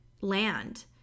land